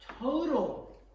total